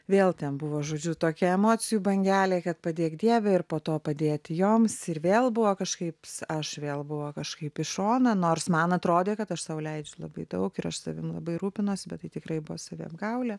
vėl ten buvo žodžiu tokia emocijų bangelė kad padėk dieve ir po to padėti joms ir vėl buvo kažkaip aš vėl buvo kažkaip į šoną nors man atrodė kad aš sau leidžiu labai daug ir aš savim labai rūpinuosi bet tai tikrai buvo saviapgaulė